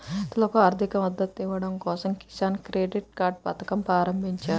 రైతులకు ఆర్థిక మద్దతు ఇవ్వడం కోసం కిసాన్ క్రెడిట్ కార్డ్ పథకం ప్రారంభించారు